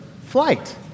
flight